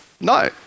No